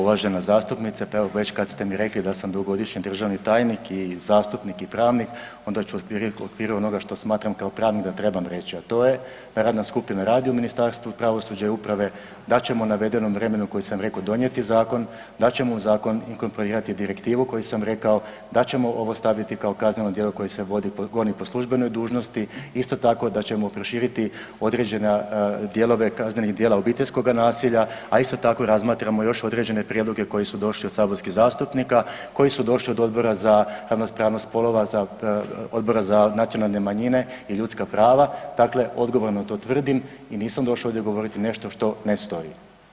Uvažena zastupnice, pa evo već kad ste mi rekli da sam dugogodišnji državni tajnik i zastupnik i pravnik onda ću u okviru onoga što smatram kao pravnik da trebam reći, a to je da radna skupina radi u Ministarstvu pravosuđa i uprave, da ćemo u navedenom vremenu koji sam reko donijeti zakon, da ćemo u zakon inkomponirati direktivu koju sam rekao, da ćemo ovo staviti kao kazneno djelo koje se goni po službenoj dužnosti, isto tako da ćemo proširiti određene dijelove kaznenih djela obiteljskoga nasilja, a isto tako razmatramo još određene prijedloge koji su došli od saborskih zastupnika, koji su došli od Odbora za ravnopravnost spolova, Odbora za nacionalne manjine i ljudska prava, dakle odgovorno to tvrdim i nisam došao ovdje govoriti nešto što ne stoji.